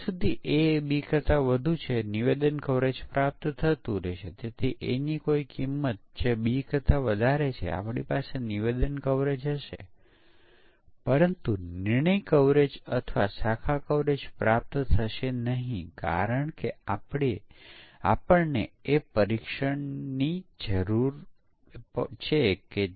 ત્રીજું દૃશ્ય સભ્યની સદસ્યતા સમાપ્ત થઈ ગઈ હોઈ શકે છે અને નવીકરણ કરતી વખતે તે કહે છે કે સભ્યપદ સમાપ્ત થઈ ગયું છે તમે પુસ્તકનું નવીકરણ કરી શકતા નથી કૃપા કરીને પુસ્તક પરત કરો